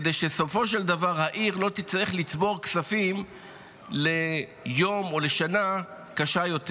כדי שבסופו של דבר העיר לא תצטרך לצבור כספים ליום או לשנה קשה יותר,